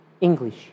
English